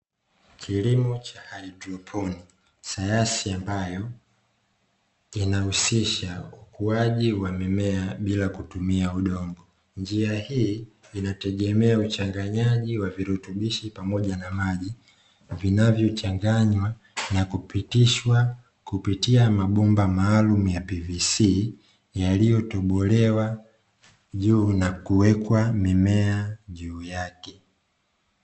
Kilimo cha haidroponi, sayansi ambayo inahusisha ukuaji wa mimea bila kutumia udongo. Njia hii inategemea uchanganyaji wa virutubishi pamoja na maji, vinavyo changanywa na kupitishwa kupitia mabomba maalumu ya ''pvc'' yaliyotobolewa juu na kuwekwa mimea juu yake.